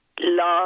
love